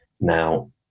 now